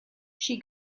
she